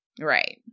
Right